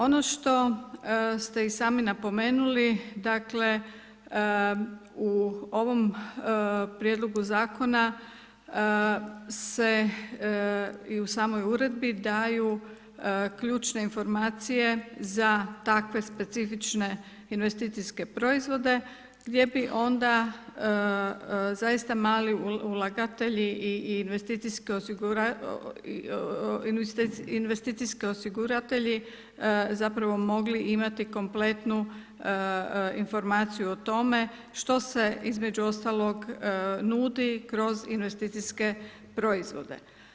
Ono što ste i sami napomenuli, dakle u ovom prijedlogu zakona se i u samoj uredbi daju ključne informacije za takve specifične investicijske proizvode gdje bi onda zaista mali ulagatelji i investicijski osiguratelji zapravo mogli imati kompletnu informaciju o tome što se između ostalog nudi kroz investicijske proizvode.